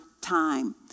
time